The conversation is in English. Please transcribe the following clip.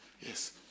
Yes